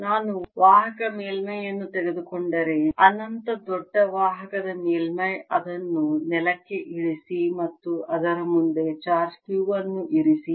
ನಾನು ವಾಹಕ ಮೇಲ್ಮೈಯನ್ನು ತೆಗೆದುಕೊಂಡರೆ ಅನಂತ ದೊಡ್ಡ ವಾಹಕ ಮೇಲ್ಮೈ ಅದನ್ನು ನೆಲಕ್ಕೆ ಇಳಿಸಿ ಮತ್ತು ಅದರ ಮುಂದೆ ಚಾರ್ಜ್ Q ಅನ್ನು ಇರಿಸಿ